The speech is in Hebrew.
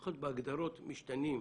יכול להיות בהגדרות משתנים,